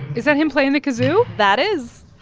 is that him playing the kazoo? that is